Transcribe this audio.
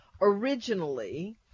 Originally